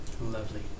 Lovely